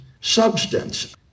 substance